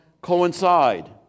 coincide